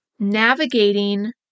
Navigating